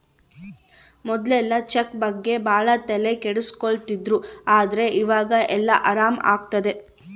ಮೊದ್ಲೆಲ್ಲ ಚೆಕ್ ಬಗ್ಗೆ ಭಾಳ ತಲೆ ಕೆಡ್ಸ್ಕೊತಿದ್ರು ಆದ್ರೆ ಈವಾಗ ಎಲ್ಲ ಆರಾಮ್ ಆಗ್ತದೆ